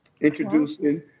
introducing